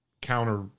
counter